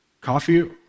Coffee